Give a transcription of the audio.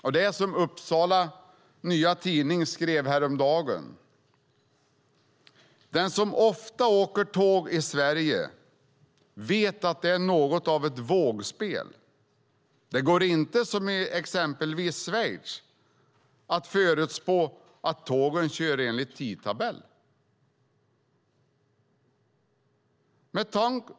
Det är som Upsala Nya Tidning skrev häromdagen: "Den som ofta åker tåg i Sverige vet att det är något av ett vågspel. Det går inte, som i exempelvis Schweiz, att förutsätta att tågen kör enligt tidtabellen."